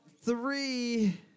Three